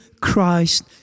Christ